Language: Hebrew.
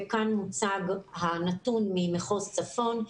וכאן מוצג הנתון ממחוז צפון.